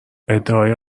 ادعای